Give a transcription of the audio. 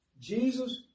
Jesus